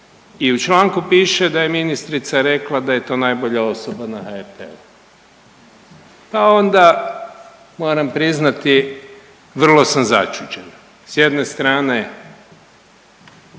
I u članku piše da je ministrica rekla da je to najbolja osoba na HRT-u. Pa onda moram priznati vrlo sam začuđen. S jedne strane